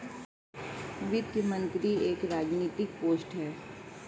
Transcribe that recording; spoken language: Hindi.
वित्त मंत्री एक राजनैतिक पोस्ट है